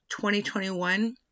2021